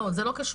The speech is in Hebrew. לא, זה לא קשור.